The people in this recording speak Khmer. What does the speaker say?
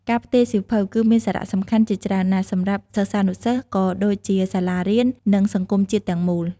ការផ្ទេរសៀវភៅ គឺមានសារៈសំខាន់ជាច្រើនណាស់ សម្រាប់សិស្សានុសិស្ស ក៏ដូចជាសាលារៀន និងសង្គមជាតិទាំងមូល។